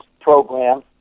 program